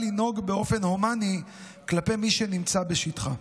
לנהוג באופן הומני כלפי מי שנמצא בשטחה.